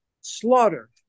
Slaughter